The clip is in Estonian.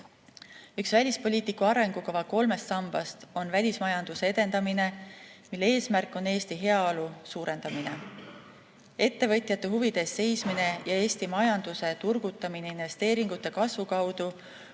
Üks välispoliitika arengukava kolmest sambast on välismajanduse edendamine, mille eesmärk on Eesti heaolu suurendamine. Ettevõtjate huvide eest seismine ja Eesti majanduse turgutamine investeeringute kasvu kaudu